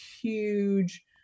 huge